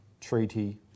Treaty